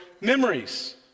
memories